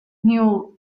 null